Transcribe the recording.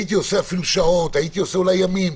הייתי עושה שעות, אולי ימים.